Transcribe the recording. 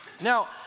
Now